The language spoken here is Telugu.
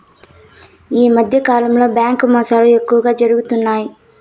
ఈ మధ్యకాలంలో బ్యాంకు మోసాలు ఎక్కువగా జరుగుతున్నాయి